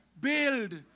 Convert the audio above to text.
build